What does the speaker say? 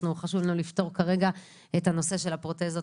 חשוב לנו לפתור כרגע את נושא הפרוטזות